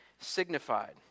signified